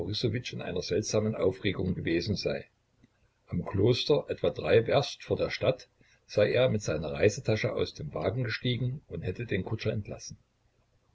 in einer seltsamen aufregung gewesen sei am kloster etwa drei werst vor der stadt sei er mit seiner reisetasche aus dem wagen gestiegen und hätte den kutscher entlassen